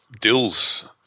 Dills